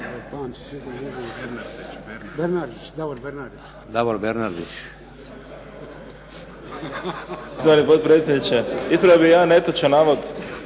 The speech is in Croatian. Davor Bernardić.